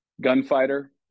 gunfighter